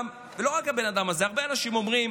הרבה אנשים אומרים: